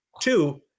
two